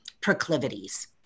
Proclivities